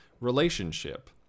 relationship